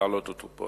להעלות אותו פה.